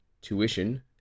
tuition